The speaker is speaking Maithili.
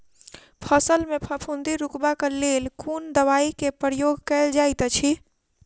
फसल मे फफूंदी रुकबाक लेल कुन दवाई केँ प्रयोग कैल जाइत अछि?